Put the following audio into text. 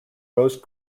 rose